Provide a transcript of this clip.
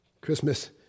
Christmas